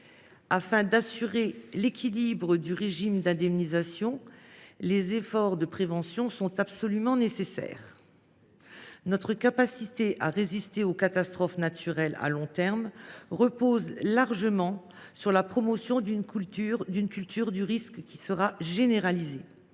Afin d’assurer l’équilibre du régime d’indemnisation, les efforts de prévention sont absolument nécessaires. Notre capacité à résister aux catastrophes naturelles à long terme repose largement sur la promotion d’une culture du risque qui sera généralisée.